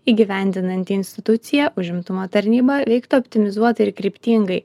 įgyvendinanti institucija užimtumo tarnyba veiktų optimizuotai ir kryptingai